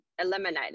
eliminate